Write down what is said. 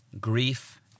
grief